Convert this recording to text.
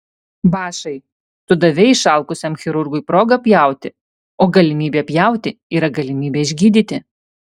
bašai tu davei išalkusiam chirurgui progą pjauti o galimybė pjauti yra galimybė išgydyti